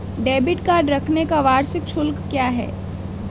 Debit card रखने का वार्षिक शुल्क क्या है?